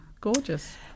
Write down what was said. Gorgeous